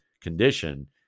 condition